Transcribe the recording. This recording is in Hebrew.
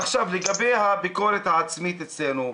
עכשיו, לגבי הביקורת העצמית אצלנו.